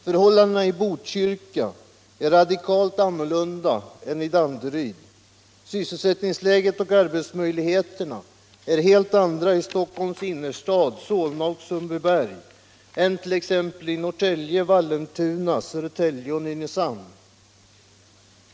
Förhållandena i Botkyrka är sålunda radikalt annorlunda än förhållandena är i Danderyd, och sysselsättningsläget och arbetsmöjligheterna är helt andra i Stockholms innerstad, Solna och Sundbyberg än i t.ex. Norrtälje, Vallentuna, Södertälje och Nynäshamn.